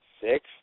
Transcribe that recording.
six